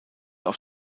auf